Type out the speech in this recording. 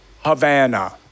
Havana